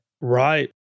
Right